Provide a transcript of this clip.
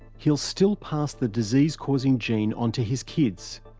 he'll still pass the disease-causing gene on to his kids.